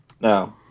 No